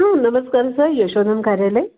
हां नमस्कार सर यशोधन कार्यालय